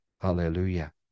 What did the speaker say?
hallelujah